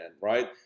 right